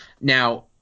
Now